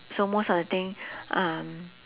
so most of the thing um